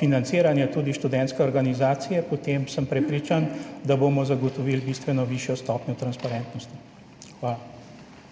financiranja tudi Študentske organizacije, potem sem prepričan, da bomo zagotovili bistveno višjo stopnjo transparentnosti. Hvala.